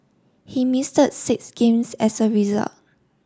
he six games as a result